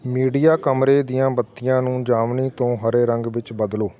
media ਕਮਰੇ ਦੀਆਂ ਬੱਤੀਆਂ ਨੂੰ ਜਾਮਣੀ ਤੋਂ ਹਰੇ ਰੰਗ ਵਿੱਚ ਬਦਲੋ